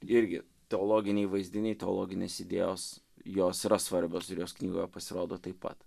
irgi teologiniai vaizdiniai teologinės idėjos jos yra svarbios ir jos knygoje pasirodo taip pat